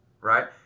right